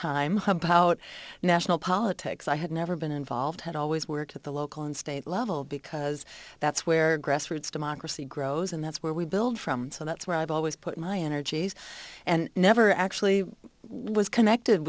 hump out national politics i had never been involved had always worked at the local and state level because that's where grassroots democracy grows and that's where we build from so that's where i've always put my energies and never actually was connected